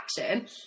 action